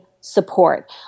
support